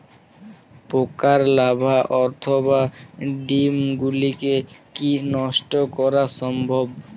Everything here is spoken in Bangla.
পোকার লার্ভা অথবা ডিম গুলিকে কী নষ্ট করা সম্ভব?